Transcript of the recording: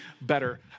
better